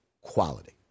quality